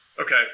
okay